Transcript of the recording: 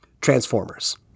Transformers